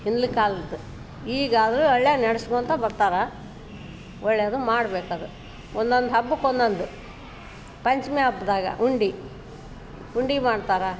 ಹಿಂದ್ಲ ಕಾಲದ್ದು ಈಗ ಆದರೂ ಹಳ್ಯಾಗ್ ನಡೆಸ್ಕೋತ ಬರ್ತಾರೆ ಒಳ್ಳೇದು ಮಾಡ್ಬೇಕದು ಒಂದೊಂದು ಹಬ್ಬಕ್ಕೆ ಒಂದೊಂದು ಪಂಚಮಿ ಹಬ್ದಾಗ ಉಂಡೆ ಉಂಡೆ ಮಾಡ್ತಾರೆ